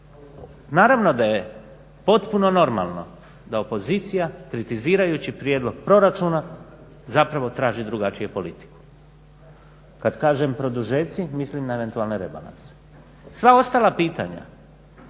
Naravno da je potpuno normalno da opozicija kritizirajući prijedlog proračuna zapravo traži drugačiju politiku. Kad kažem produžeci mislim na eventualne rebalanse. Sva ostala pitanja